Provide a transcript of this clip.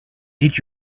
did